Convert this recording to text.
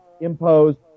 imposed